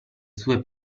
sue